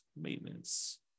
Maintenance